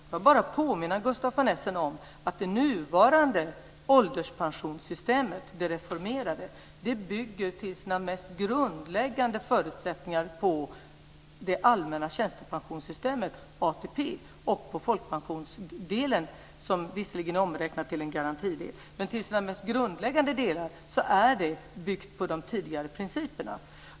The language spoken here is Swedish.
Låt mig bara påminna Gustaf von Essen om att det nuvarande ålderspensionssystemet, det reformerade, till sina mest grundläggande förutsättningar bygger på det allmänna tjänstepensionssystemet, ATP, och på folkpensionsdelen. Denna är visserligen omräknad till en garantidel, men till sina mest grundläggande delar bygger systemet på de tidigare principerna.